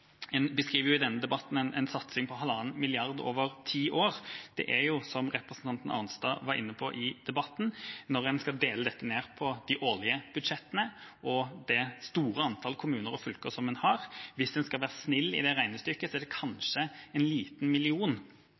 En beskriver i denne debatten en satsing på halvannen milliard over ti år. Som representanten Arnstad var inne på i debatten: Når en skal dele dette på de årlige budsjettene og det store antallet kommuner og fylker en har, er det – hvis en skal være snill i det regnestykket – kanskje en liten million